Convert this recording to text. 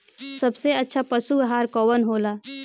सबसे अच्छा पशु आहार कवन हो ला?